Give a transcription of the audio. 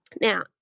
Now